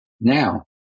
Now